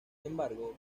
embargo